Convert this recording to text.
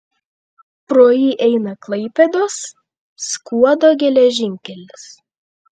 pro jį eina klaipėdos skuodo geležinkelis